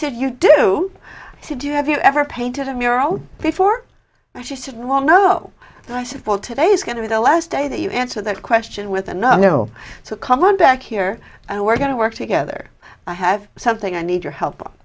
said you do to do you have you ever painted a mural before she said well no i said fall today is going to be the last day that you answer that question with a no no so come on back here and we're going to work together i have something i need your help